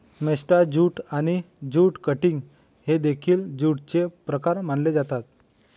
मेस्टा jute आणि jute cutting हे देखील ज्यूटचे प्रकार मानले जातात